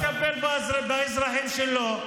מי שלא מטפל באזרחים שלו,